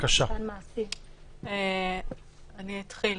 אני אתחיל,